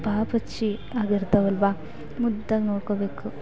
ಪಾಪಚ್ಚಿ ಆಗಿರ್ತಾವಲ್ವಾ ಮುದ್ದಾಗಿ ನೋಡ್ಕೋಬೇಕು